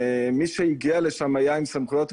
מי שהגיע לשם היה עם סמכויות מוגבלות,